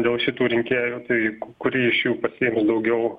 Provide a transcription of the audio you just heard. dėl šitų rinkėjų tai kuri iš jų pasiėmė daugiau